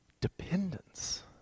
dependence